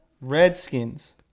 Redskins